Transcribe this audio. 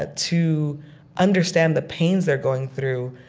but to understand the pains they're going through,